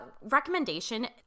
recommendation